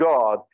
God